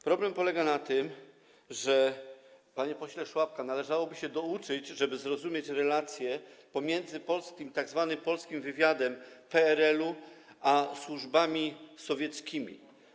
Problem polega na tym, panie pośle Szłapka, że należałoby się douczyć, żeby zrozumieć relacje pomiędzy tzw. polskim wywiadem PRL-u a służbami sowieckimi.